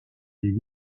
les